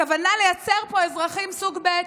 הכוונה לייצר פה אזרחים סוג ב'.